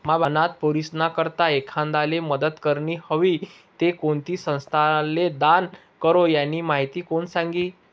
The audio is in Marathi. अनाथ पोरीस्नी करता एखांदाले मदत करनी व्हयी ते कोणती संस्थाले दान करो, यानी माहिती कोण सांगी